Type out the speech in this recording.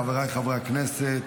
חבריי חברי הכנסת,